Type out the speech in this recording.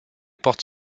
porte